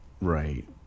Right